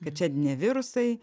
kad čia ne virusai